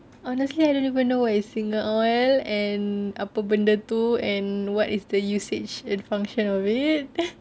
honestly I don't even know what is singer oil and apa benda itu and what is the usage and function of it